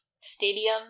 stadium